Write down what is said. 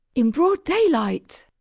in broad daylight!